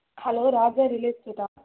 hello Raja real எஸ்டேட்டா